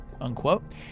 unquote